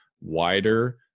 wider